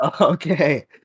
okay